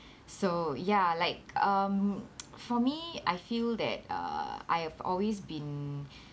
so ya like um for me I feel that uh I have always been